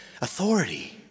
Authority